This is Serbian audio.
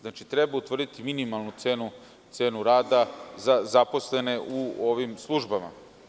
Znači, treba utvrditi minimalnu cenu rada za zaposlene u ovim službama.